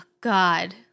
God